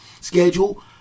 schedule